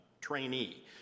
trainee